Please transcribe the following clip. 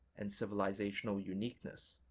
and civilizational uniqueness.